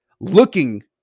looking